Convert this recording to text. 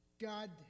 God